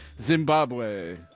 Zimbabwe